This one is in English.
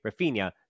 Rafinha